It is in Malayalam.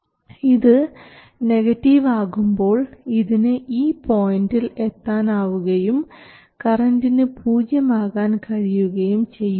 ID ID0 gm vi ഇത് നെഗറ്റീവ് ആകുമ്പോൾ ഇതിന് ഈ പോയിൻറിൽ എത്താൻ ആവുകയും കറൻറിന് പൂജ്യം ആകാൻ കഴിയുകയും ചെയ്യും